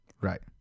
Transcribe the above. Right